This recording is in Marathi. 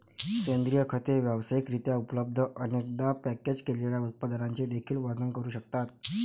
सेंद्रिय खते व्यावसायिक रित्या उपलब्ध, अनेकदा पॅकेज केलेल्या उत्पादनांचे देखील वर्णन करू शकतात